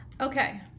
Okay